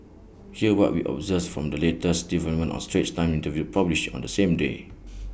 here's what we observed from this latest development A straits times interview published on the same day